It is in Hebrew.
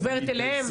עוברת אליהם?